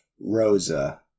Rosa